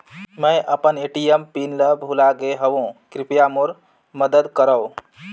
मैं अपन ATM PIN ल भुला गे हवों, कृपया मोर मदद करव